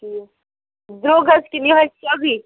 ٹھیٖک درٛوگ حظ کنہ یُہے سوٚگُے